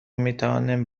میتوانیم